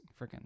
freaking